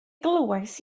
glywais